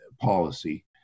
policy